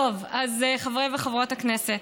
חברי וחברות הכנסת,